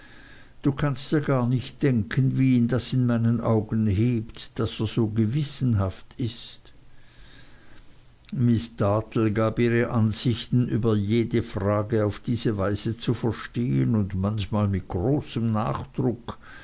du kannst dir gar nicht denken wie ihn das in meinen augen hebt daß er so gewissenhaft ist miß dartle gab ihre ansichten über jede frage auf diese weise zu verstehen und manchmal mit großem nachdruck